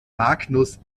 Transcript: magnus